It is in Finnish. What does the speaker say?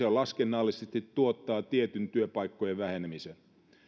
jo laskennallisesti tuottaa tietyn työpaikkojen vähenemisen eli